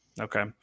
Okay